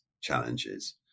challenges